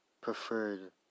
preferred